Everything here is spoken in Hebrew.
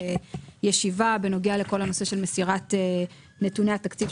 ישיבה בנוגע לכל הנושא של מסירת נתוני התקציב,